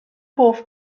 hoff